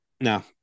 no